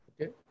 Okay